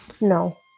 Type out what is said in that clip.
No